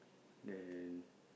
then